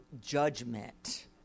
judgment